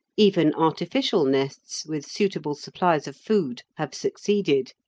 even artificial nests, with suitable supplies of food, have succeeded,